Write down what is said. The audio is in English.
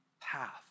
path